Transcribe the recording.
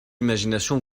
imagination